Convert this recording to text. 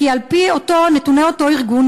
כי על-פי נתוני אותו ארגון,